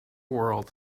world